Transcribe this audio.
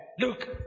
Look